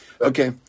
Okay